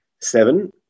Seven